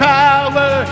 power